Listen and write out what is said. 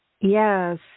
Yes